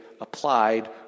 applied